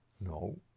no